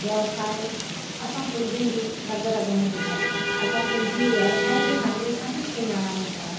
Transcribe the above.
व्यवसाय असां सिंधियुनि जी रॻ रॻ में विधियलु आहे असां सिंधी व्यवसाय जे नाले सां ई सुञाणा वेंदा आहियूं